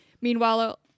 Meanwhile